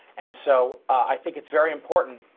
and so, i think it's very important,